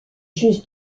juste